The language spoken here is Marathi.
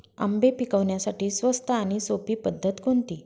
आंबे पिकवण्यासाठी स्वस्त आणि सोपी पद्धत कोणती?